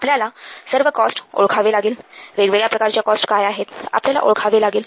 आपल्याला सर्व कॉस्ट ओळखावे लागेल वेगवेगळ्या प्रकारच्या कॉस्ट काय आहेत आपल्याला ओळखावे लागेल